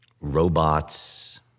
robots